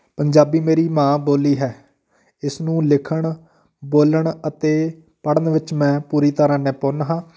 ਪੰਜਾਬੀ ਮੇਰੀ ਮਾਂ ਬੋਲੀ ਹੈ ਇਸ ਨੂੰ ਲਿਖਣ ਬੋਲਣ ਅਤੇ ਪੜ੍ਹਨ ਵਿੱਚ ਮੈਂ ਪੂਰੀ ਤਰ੍ਹਾਂ ਨਿਪੁੰਨ ਹਾਂ